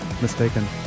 mistaken